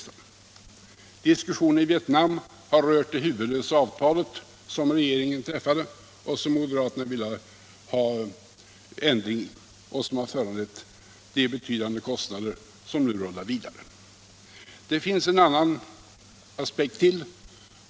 Diskussionen om Vietnam har rört det huvudlösa avtal som regeringen träffade och som moderaterna ville ha ändring i, det avtal som har föranlett de betydande kostnader som nu rullar vidare. Det finns även en annan aspekt.